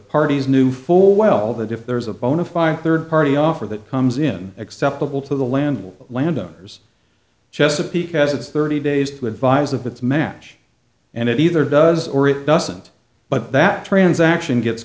parties knew full well that if there's a bona fide third party offer that comes in acceptable to the landlord landowners chesapeake has its thirty days to advise of its match and it either does or it doesn't but that transaction gets